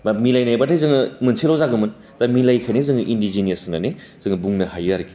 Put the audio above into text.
बा मिलायनायबाथ जों मोनसेल' जागौमोन दा मिलायिखायनो जोङो इन्डिजिनियायास होनानै जोङो बुंनो हायो आरोखि